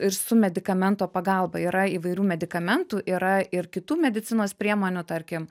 ir su medikamento pagalba yra įvairių medikamentų yra ir kitų medicinos priemonių tarkim